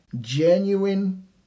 genuine